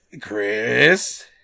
Chris